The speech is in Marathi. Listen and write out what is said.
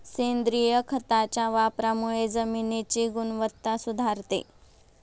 सेंद्रिय खताच्या वापरामुळे जमिनीची गुणवत्ता सुधारते